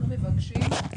ועדת הכספים מאז